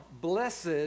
Blessed